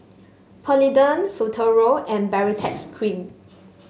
Polident Futuro and Baritex Cream